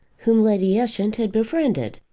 whom lady ushant had befriended,